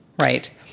Right